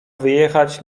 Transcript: wyjechać